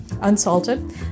unsalted